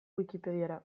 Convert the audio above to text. wikipediara